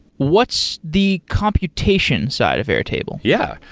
what's the computation side of airtable? yeah.